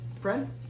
friend